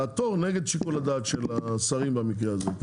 לעתור נגד שיקול הדעת של השרים במקרה הזה,